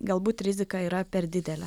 galbūt rizika yra per didelė